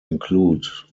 include